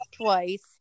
twice